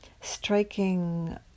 striking